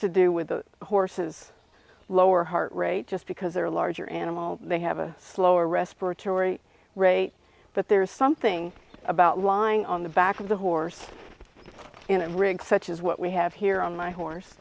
to do with the horses lower heart rate just because they're larger animals they have a slower respiratory rate but there's something about lying on the back of the horse and rig such as what we have here on my horse